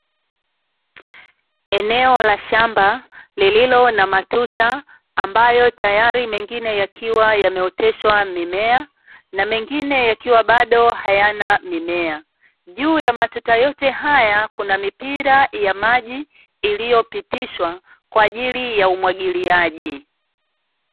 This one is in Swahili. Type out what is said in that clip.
Eneo ya shamba, lililo na matuta ambayo tayari mengine yakiwa yameoteshwa mimea na mengine yakiwa bado hayana mimea. juu ya matuta yote haya Kuna mipira ya maji iliyopitishwa kwaajili ya umwagiliaji.